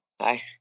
hi